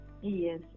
Yes